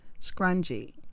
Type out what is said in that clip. Scrungy